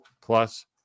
plus